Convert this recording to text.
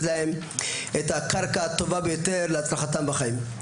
להם את הקרקע הטובה ביותר להצלחתם בחיים.